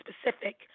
specific